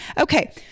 okay